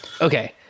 Okay